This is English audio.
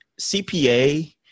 CPA